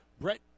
Brett